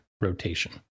rotation